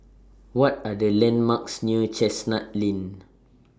What Are The landmarks near Chestnut Lane